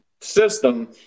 system